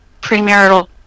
premarital